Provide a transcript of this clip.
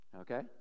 Okay